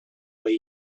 way